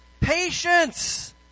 patience